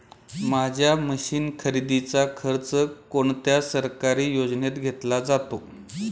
माझ्या मशीन खरेदीचा खर्च कोणत्या सरकारी योजनेत घेतला जातो?